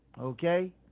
Okay